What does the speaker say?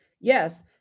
yes